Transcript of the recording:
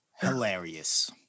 Hilarious